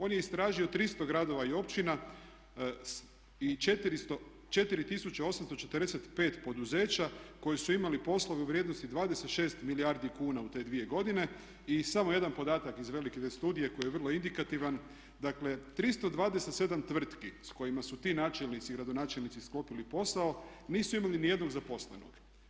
On je istražio 300 gradova i općina i 4845 poduzeća koji su imali poslove u vrijednosti 26 milijardi kuna u te dvije godine i samo jedan podatak iz velike studije koji je vrlo indikativan dakle 327 tvrtki s kojima su ti načelnici i gradonačelnici sklopili posao nisu imali ni jednog zaposlenog.